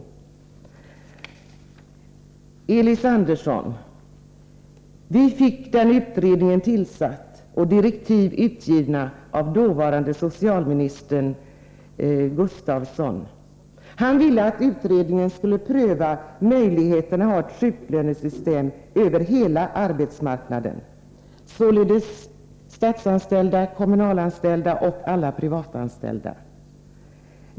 Elis Andersson! Vi fick den utredningen tillsatt och direktiv utfärdade av dåvarande socialministern Rune Gustavsson. Han ville att utredningen skulle pröva möjligheten att ha ett sjuklönesystem över hela arbetsmarknaden, således för de statsanställda, de kommunalanställda och alla privatanställda.